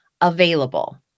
available